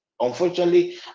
Unfortunately